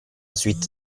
suite